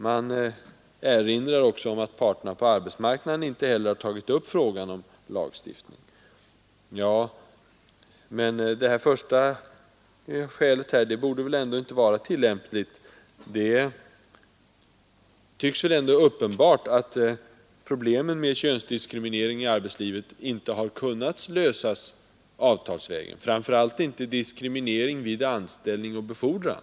Man erinrar också om att parterna på arbetsmarknaden inte har tagit upp frågan om lagstiftning. Det första skälet är inte tillämpligt. Det är uppenbart att problemen med könsdiskriminering i arbetslivet inte har kunnat lösas avtalsvägen, framför allt inte diskriminering vid anställning och befordran.